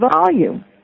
volume